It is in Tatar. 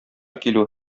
килү